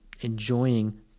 enjoying